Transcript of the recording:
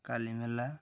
Kalimela